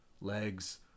legs